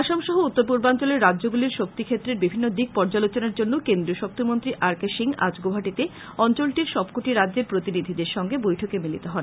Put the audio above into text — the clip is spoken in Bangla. আসাম সহ উত্তরপূর্বাঞ্চলের রাজ্যগুলির শক্তি ক্ষেত্রের বিভিন্ন দিক পর্যালোচনার জন্য কেন্দ্রীয় শক্তিমন্ত্রী আর কে সিং আজ গৌহাটীতে অঞ্চলটির সবকটি রাজ্যের প্রতিনিধিদের সঙ্গে বৈঠকে মিলিত হন